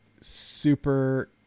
super